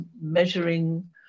measuring